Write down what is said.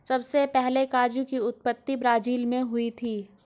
सबसे पहले काजू की उत्पत्ति ब्राज़ील मैं हुई थी